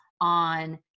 on